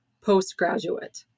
postgraduate